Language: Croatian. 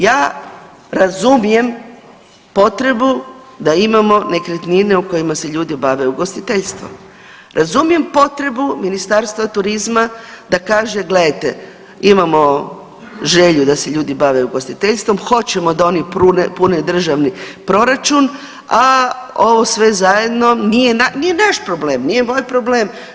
Ja razumijem potrebu da imamo nekretnine u kojima se ljudi bave ugostiteljstvom, razumijem potrebu Ministarstva turizma da kaže gledajte imamo želju da se ljudi bave ugostiteljstvom, hoćemo da oni pune državni proračun, a ovo sve zajedno nije naš problem, nije moj problem.